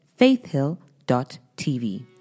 faithhill.tv